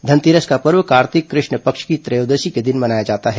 धनतेरस का पर्व कार्तिक कृष्ण पक्ष की त्रयोदशी के दिन मनाया जाता है